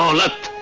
left